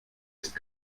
ist